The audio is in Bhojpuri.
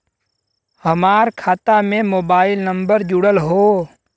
हमार खाता में मोबाइल नम्बर जुड़ल हो?